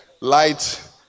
light